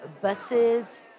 buses